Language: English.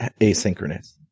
asynchronous